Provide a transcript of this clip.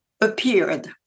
appeared